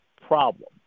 problem